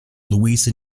louise